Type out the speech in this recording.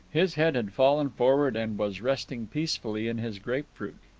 his head had fallen forward and was resting peacefully in his grapefruit.